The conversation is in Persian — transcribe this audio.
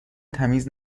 تمیز